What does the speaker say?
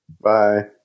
Bye